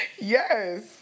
Yes